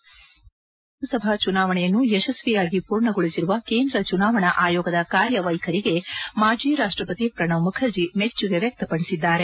ಏಳು ಹಂತಗಳಲ್ಲಿ ಲೋಕಸಭಾ ಚುನಾವಣೆಯನ್ನು ಯಶಸ್ವಿಯಾಗಿ ಪೂರ್ಣಗೊಳಿಸಿರುವ ಕೇಂದ್ರ ಚುನಾವಣಾ ಆಯೋಗದ ಕಾರ್ಯ ವೈಖರಿಗೆ ಮಾಜಿ ರಾಷ್ಟ್ರಪತಿ ಪ್ರಣಬ್ ಮುಖರ್ಜಿ ಮೆಚ್ಚುಗೆ ವ್ಯಕ್ತಪಡಿಸಿದ್ದಾರೆ